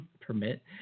permit